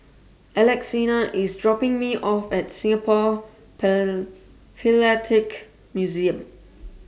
Alexina IS dropping Me off At Singapore Per Philatelic Museum